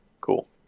Cool